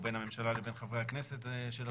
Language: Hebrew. או בין הממשלה לבין חברי הכנסת של הקואליציה,